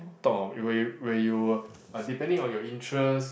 talk on where you where you were ah depending on your interest